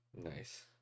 nice